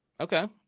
Okay